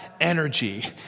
energy